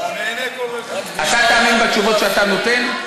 אתה מאמין בתשובות שאתה נותן?